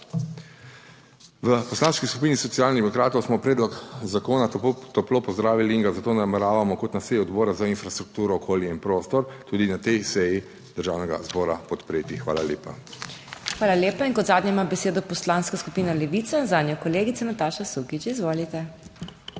V Poslanski skupini Socialnih demokratov smo predlog zakona toplo pozdravili in ga zato nameravamo kot na seji Odbora za infrastrukturo, okolje in prostor tudi na tej seji Državnega zbora podpreti. Hvala lepa. PODPREDSEDNICA MAG. MEIRA HOT: Hvala lepa. In kot zadnja ima besedo Poslanska skupina Levica, zanjo kolegica Nataša Sukič, izvolite.